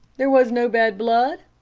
there was no bad blood?